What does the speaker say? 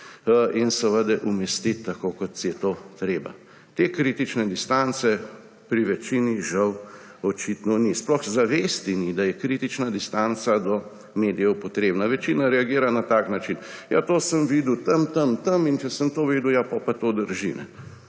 in umestiti tako, kot je to treba. Te kritične distance pri večini žal očitno ni. Sploh zavesti ni, da je kritična distanca do medijev potrebna. Večina reagira na takšen način: »Ja to sem videl tam, tam, tam, in če sem to videl, potem pa to drži.«